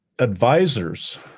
Advisors